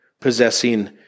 possessing